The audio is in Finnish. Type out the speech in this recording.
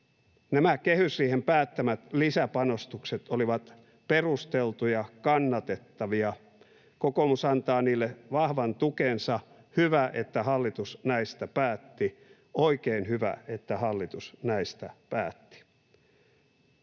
Nämä kehysriihen päättämät lisäpanostukset olivat perusteltuja, kannatettavia. Kokoomus antaa niille vahvan tukensa. Hyvä, että hallitus näistä päätti. Oikein hyvä, että hallitus näistä päätti.